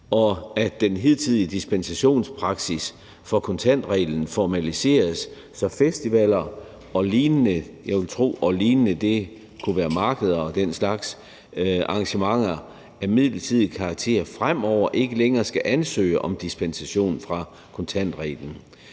og at den hidtidige dispensationspraksis for kontantreglen formaliseres, så festivaler og lignende – og jeg vil tro, at »og lignende« kunne være markeder og den slags arrangementer af midlertidig karakter – fremover ikke længere skal ansøge om dispensation fra kontantreglen.